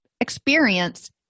experience